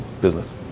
business